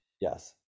Yes